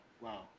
wow